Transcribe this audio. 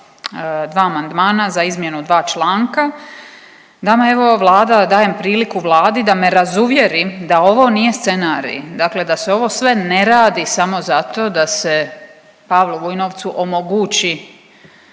dva amandmana za izmjenu dva članka, dam evo Vlada, dajem priliku Vladi da me razuvjeri da ovo nije scenarij, dakle da se ovo sve ne radi samo zato da se Pavlu Vujnovcu omogući